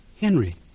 Henry